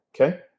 okay